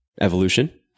evolution